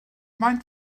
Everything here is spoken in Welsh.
faint